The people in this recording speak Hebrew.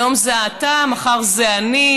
היום זה אתה, מחר זה אני.